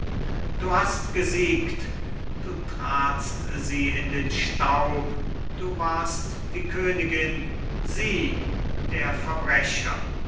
du hast gesiegt du tratst sie in den staub du warst die königin sie der verbrecher